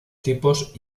tipos